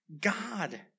God